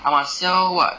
I must sell [what]